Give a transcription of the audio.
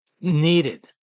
needed